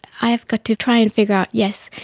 i've got to try and figure out, yes,